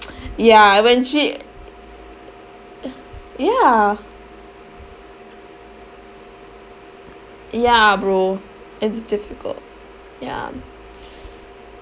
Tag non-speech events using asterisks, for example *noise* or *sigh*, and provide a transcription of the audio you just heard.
*noise* ya when she ya ya bro it's difficult ya